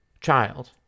child